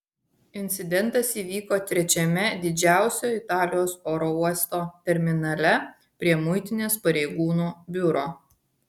incidentas įvyko trečiame didžiausio italijos oro uosto terminale prie muitinės pareigūnų biuro